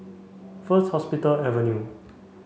First Hospital Avenue